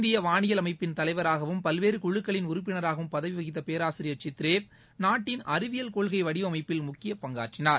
இந்திய வானியல் அமைப்பின் தலைவராகவும் பல்வேறு குழுக்களின் உறுப்பினராகவும் பதவி வகித்த பேராசிரியர் சித்ரே நாட்டின் அறிவியல் கொள்கை வடிவமைப்பில் முக்கிய பங்காற்றினார்